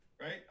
right